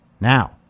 Now